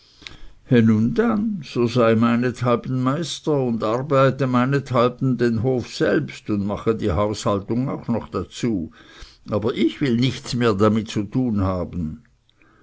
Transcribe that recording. nun dann so sei meinethalben meister und arbeite meinethalben den hof selbst und mache die haushaltung auch noch dazu ich aber will nichts mehr damit zu tun haben